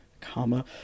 comma